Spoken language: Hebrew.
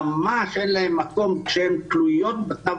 ממש אין להם מקום כשהם תלויים בתו